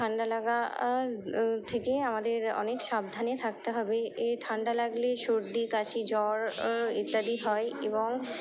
ঠান্ডা লাগা থেকে আমাদের অনেক সাবধানে থাকতে হবে এ ঠান্ডা লাগলে সর্দি কাশি জ্বর ইত্যাদি হয় এবং